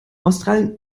australien